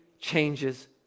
changes